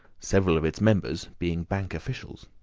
several of its members being bank officials.